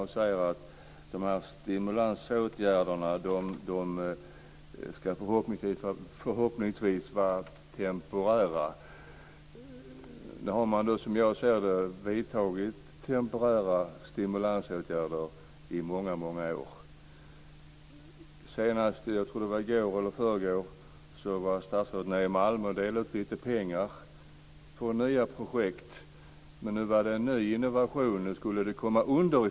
Hon säger att stimulansåtgärderna förhoppningsvis ska vara temporära. Som jag ser det har man vidtagit temporära stimulansåtgärder i många år. Senast i går eller i förrgår var statsrådet nere i Malmö och delade ut lite pengar för nya projekt. Men nu var det en ny innovation.